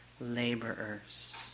laborers